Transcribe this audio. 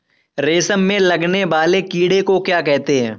रेशम में लगने वाले कीड़े को क्या कहते हैं?